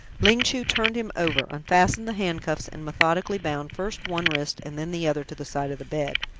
ling chu turned him over, unfastened the handcuffs, and methodically bound first one wrist and then the other to the side of the bed.